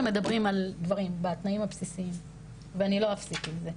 זה לפני שמדברים על הדברים ועל התנאים הבסיסיים ואני לא אפסיק עם זה.